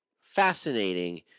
fascinating